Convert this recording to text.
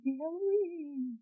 Halloween